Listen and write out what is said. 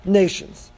nations